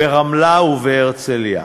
ברמלה ובהרצלייה.